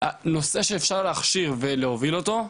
נושא שאפשר להחשיב ולהוביל אותו,